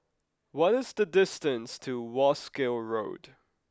what is the distance to Wolskel Road